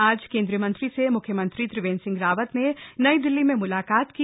आज केंद्रीय मंत्री से मुख्यमंत्री त्रिवेन्द्र सिंह रावत ने नई दिल्ली में मुलाकात की